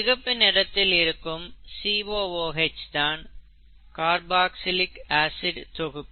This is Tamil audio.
சிகப்பு நிறத்தில் இருக்கும் COOH தான் காற்பாக்ஸிலிக் ஆசிட் தொகுப்பு